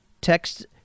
text